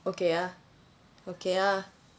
okay ah okay ah